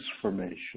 transformation